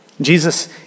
Jesus